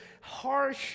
harsh